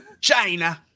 China